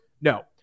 No